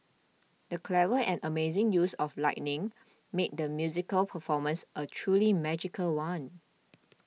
the clever and amazing use of lighting made the musical performance a truly magical one